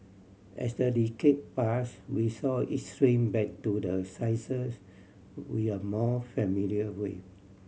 as the decade pass we saw it shrink back to the sizes we are more familiar with